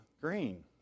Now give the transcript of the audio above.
green